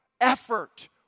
effort